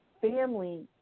family